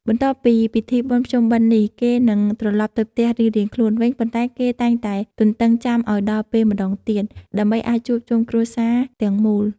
បន្ទាប់ពីពិធីបុណ្យភ្ជុំបិណ្ឌនេះ គេនឹងត្រឡប់ទៅផ្ទះរៀងៗខ្លួនវិញ ប៉ុន្តែគេតែងតែទន្ទឹងចាំឱ្យដល់ពេលម្ដងទៀត ដើម្បីអាចជួបជុំគ្រួសារទាំងមូល។